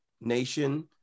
nation